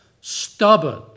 Stubborn